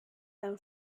them